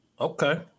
Okay